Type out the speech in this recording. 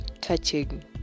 touching